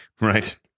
Right